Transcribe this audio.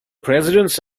presidents